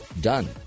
done